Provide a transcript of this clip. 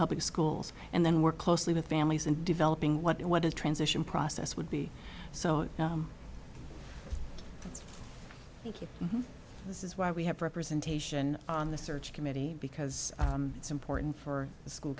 public schools and then work closely with families in developing what what is a transition process would be so thank you this is why we have representation on the search committee because it's important for the school